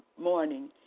morning